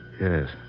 Yes